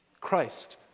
Christ